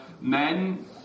men